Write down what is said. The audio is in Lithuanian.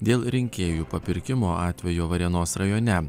dėl rinkėjų papirkimo atvejo varėnos rajone